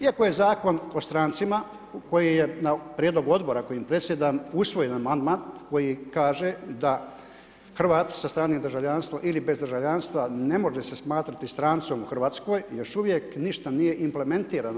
Iako je zakon o strancima, koji je na prijedlog odbora kojim predsjedam, usvojen amandman, koji kaže, da Hrvat sa strane državljanstva ili bez državljanstva, ne može se smatrati strancem u Hrvatskoj, još uvijek ništa nije implementirano.